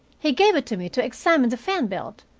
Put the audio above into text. he gave it to me to examine the fan belt.